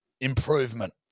improvement